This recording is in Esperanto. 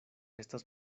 estas